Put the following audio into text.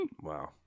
Wow